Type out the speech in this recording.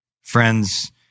Friends